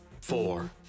four